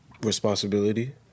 responsibility